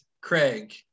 Craig